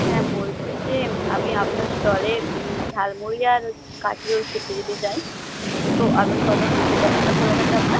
হ্যাঁ বলছি যে আমি আপনার স্টলে ঝাল মুড়ি আর কাঠি রোল খেতে যেতে চাই তো আপনি কতক্ষণ দোকানটা খোলা থাকে আপনার